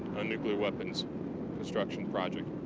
a nuclear weapons construction project.